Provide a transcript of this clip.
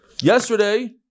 Yesterday